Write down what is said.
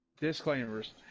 disclaimers